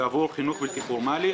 ועבור חינוך בלתי פורמלי.